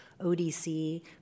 ODC